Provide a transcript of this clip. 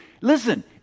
Listen